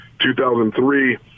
2003